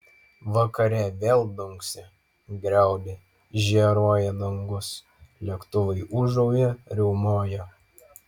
vakare vėl dunksi griaudi žėruoja dangus lėktuvai ūžauja riaumoja